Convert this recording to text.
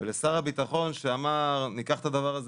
ולשר הביטחון שאמר שניקח את הדבר הזה